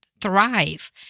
thrive